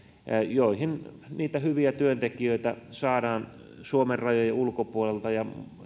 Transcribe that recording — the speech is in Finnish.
edelleen niihin niitä hyviä työntekijöitä saadaan suomen rajojen ulkopuolelta ja